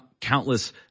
countless